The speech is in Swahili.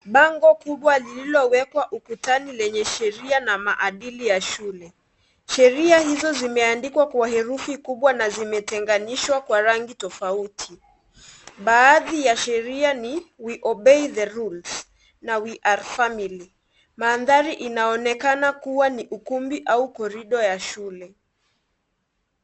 Bango kubwa lililowekwa ukutani lenye sheria na maadili ya shule. Sheria hizo zimeandikwa kwa herufi kubwa na zimetenganishwa kwa rangi tofauti. Baadhi ya sheria ni " we obey the rules," na" we are family ". Mandhari inaonekana kuwa ni ukumbi au korido ya shule.